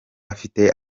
afite